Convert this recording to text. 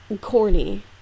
corny